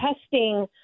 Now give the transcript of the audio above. testing